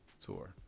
Tour